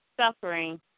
suffering